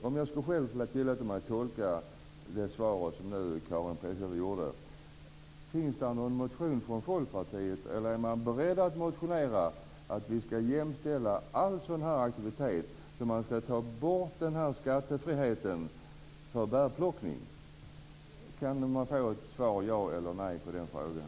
Om jag skulle tillåta mig att tolka Karin Pilsäters svar undrar jag om det finns någon motion från Folkpartiet, eller om man är beredd att motionera, om att vi skall jämställa all sådan här aktivitet och alltså ta bort skattefriheten för bärplockning? Kan man få ett svar, ja eller nej, på den frågan?